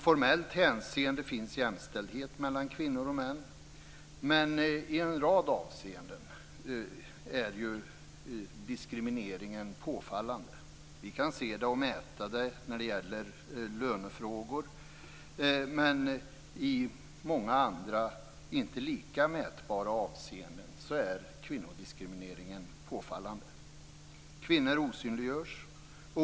Formellt finns det jämställdhet mellan kvinnor och män, men i en rad avseenden är diskrimineringen påfallande. Vi kan både se och mäta detta när det gäller lönefrågor. Också i många andra, inte lika mätbara, avseenden är kvinnodiskrimineringen påfallande. Kvinnor osynliggörs.